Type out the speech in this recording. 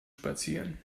spazieren